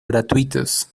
gratuitos